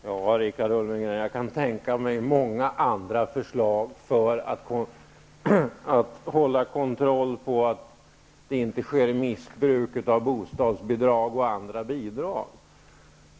Herr talman! Jag kan tänka mig många andra förslag på hur man skall hålla kontroll på att det inte sker missbruk av bostadsbidrag och andra bidrag.